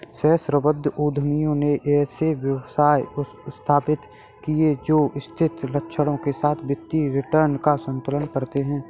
सहस्राब्दी उद्यमियों ने ऐसे व्यवसाय स्थापित किए जो स्थिरता लक्ष्यों के साथ वित्तीय रिटर्न को संतुलित करते हैं